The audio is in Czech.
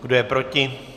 Kdo je proti?